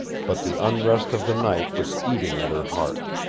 but the unrest of the night was eating at her heart.